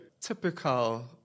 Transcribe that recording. typical